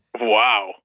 Wow